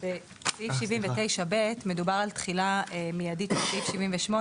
בסעיף 79(ב) מדובר על תחילה מיידית של סעיף 78,